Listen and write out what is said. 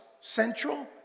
central